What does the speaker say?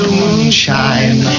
moonshine